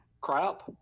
Crap